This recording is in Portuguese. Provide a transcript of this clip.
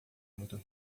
muito